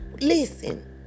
listen